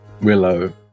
Willow